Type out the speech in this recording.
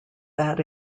that